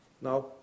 Now